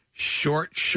Short